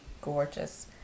gorgeous